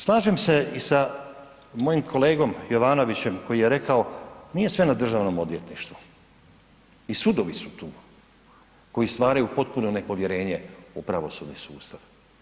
Slažem se i sa mojim kolegom Jovanovićem koji je rekao nije sve na Državnom odvjetništvu i sudovi su tu koji stvaraju potpuno nepovjerenje u pravosudni sustav.